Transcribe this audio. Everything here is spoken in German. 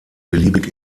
beliebig